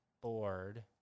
bored